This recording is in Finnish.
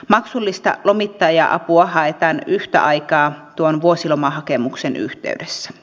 maksullista lomittaja apua haetaan yhtä aikaa tuon vuosilomahakemuksen yhteydessä